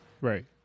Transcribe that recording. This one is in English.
right